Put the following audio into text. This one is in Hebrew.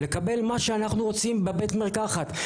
אנחנו רוצים לקבל מה שאנחנו רוצים בבית המרקחת,